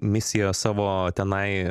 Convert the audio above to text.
misiją savo tenai